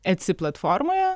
etsi platformoje